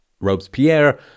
Robespierre